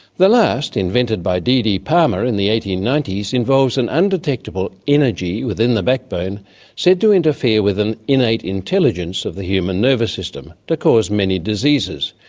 the last invented by dd palmer in the eighteen ninety s involves an undetectable energy within the backbone said to interfere with an innate intelligence of the human nervous system to cause many diseases,